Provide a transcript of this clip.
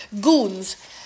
goons